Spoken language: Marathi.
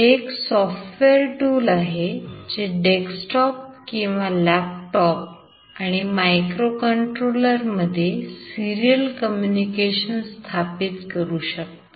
हे एक सॉफ्टवेअर tool आहे जे डेस्कटॉप किंवा लॅपटॉप आणि मायक्रोकंट्रोलर मध्ये serial communication स्थापित करू शकत